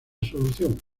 solución